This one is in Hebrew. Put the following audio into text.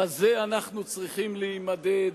בזה אנחנו צריכים להימדד,